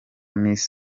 miss